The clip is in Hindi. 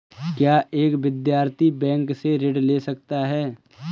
क्या एक विद्यार्थी बैंक से ऋण ले सकता है?